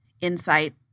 insight